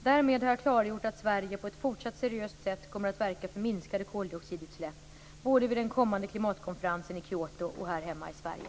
Därmed har jag klargjort att Sverige på ett fortsatt seriöst sätt kommer att verka för minskade koldioxidutsläpp, både vid den kommande klimatkonferensen i Kyoto och här hemma i Sverige.